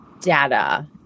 data